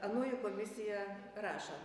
anoji komisija rašo